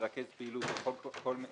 מרכז פעילות וכן